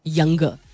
younger